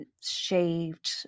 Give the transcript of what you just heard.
shaved